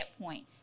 point